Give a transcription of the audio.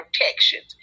protections